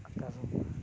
Akash Ambani